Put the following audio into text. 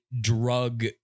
drug